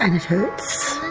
hurts.